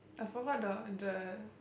I forgot the the I forgot